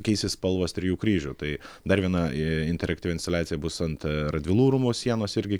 keisis spalvos trijų kryžių tai dar viena interaktyvi instaliacija bus ant radvilų rūmų sienos irgi